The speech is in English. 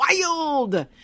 wild